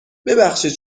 ببخشید